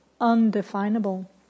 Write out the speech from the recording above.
undefinable